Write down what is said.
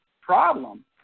problem